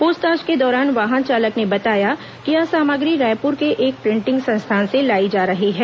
प्रछताछ के दौरान वाहन चालक ने बताया कि यह सामग्री रायपुर के एक प्रिंटिग संस्थान से लाई जा रही है